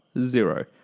Zero